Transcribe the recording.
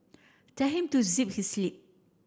tell him to zip his lip